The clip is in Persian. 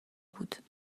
بود